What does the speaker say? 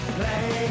play